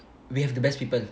we have the best people